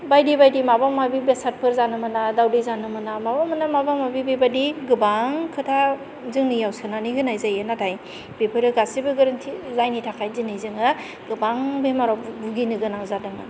बायदि बायदि माबा माबि बेसादफोर जानो मोना दावदै जानो मोना माबा मोना माबा बेबादि गोबां खोथा जोंनियाव सोनानै होनाय जायो नाथाय बेफोरो गासिबो गोरोन्थि जायनि थाखाय दिनै जोङो गोबां बेमाराव बुगिनो गोनां जादों